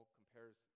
compares